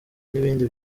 n’ibindi